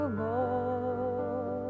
more